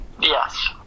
Yes